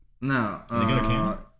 No